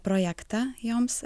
projektą joms